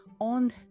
on